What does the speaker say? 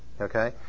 Okay